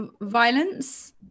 violence